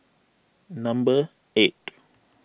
number eight